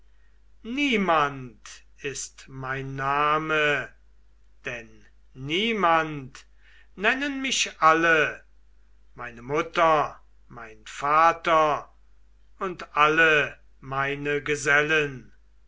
niemand ist mein name denn niemand nennen mich alle meine mutter mein vater und alle meine gesellen